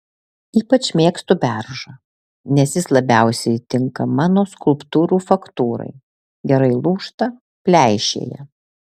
ypač mėgstu beržą nes jis labiausiai tinka mano skulptūrų faktūrai gerai lūžta pleišėja